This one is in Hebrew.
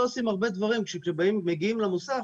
לא עושים הרבה דברים שכשמגיעים למוסך